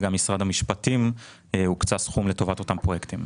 וגם במשרד המשפטים הוקצה סכום לטובת אותם פרויקטים.